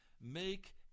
make